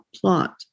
Plot